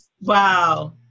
wow